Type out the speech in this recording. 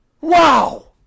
Wow